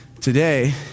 today